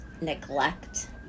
neglect